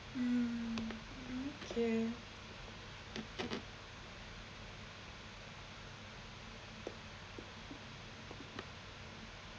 mm okay